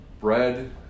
Bread